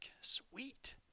Sweet